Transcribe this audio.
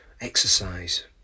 exercise